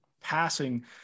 passing